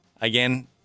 again